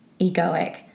egoic